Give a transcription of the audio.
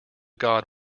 god